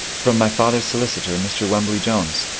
from my father's solicitor, mr. wembly jones.